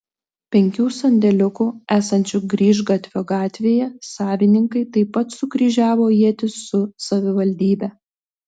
penkių sandėliukų esančių grįžgatvio gatvėje savininkai taip pat sukryžiavo ietis su savivaldybe